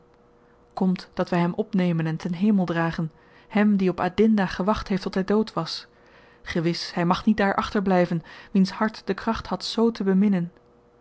komt dat wy hem opnemen en ten hemel dragen hem die op adinda gewacht heeft tot hy dood was gewis hy mag niet daar achterblyven wiens hart de kracht had z te beminnen